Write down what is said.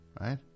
Right